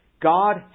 God